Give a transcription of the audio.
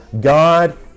god